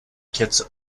kits